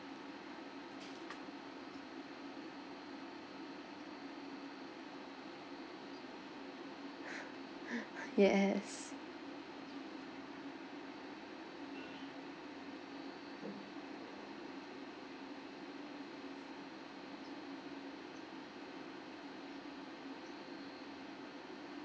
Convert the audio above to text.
yes